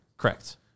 correct